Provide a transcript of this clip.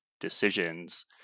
decisions